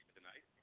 tonight